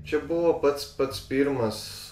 čia buvo pats pats pirmas